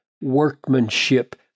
workmanship